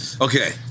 Okay